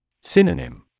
Synonym